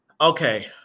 okay